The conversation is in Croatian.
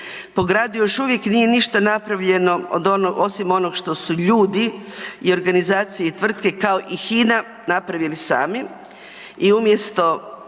po gradu još uvijek nije ništa napravljeno od onog, osim onog što su ljudi i organizacije i tvrtke, kao i Hina napravili sami i umjesto